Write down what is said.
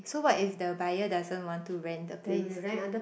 so what if the buyer doesn't want to rent the place